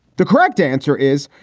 the correct answer is,